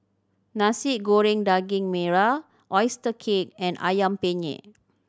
Nasi Goreng Daging Merah oyster cake and Ayam Penyet